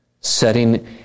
setting